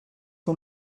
que